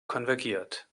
konvergiert